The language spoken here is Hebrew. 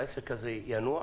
העסק הזה ינוע?